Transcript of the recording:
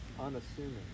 unassuming